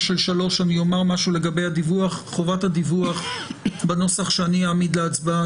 של סעיף 3 אני אומר משהו לגבי חובת הדיווח בנוסח שאני אעמיד להצבעה.